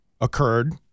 occurred